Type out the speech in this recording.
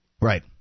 Right